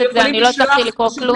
אני לא הצלחתי לקרוא כלום.